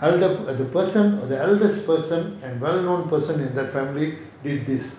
elder the person the eldest person and well-known person in the family did this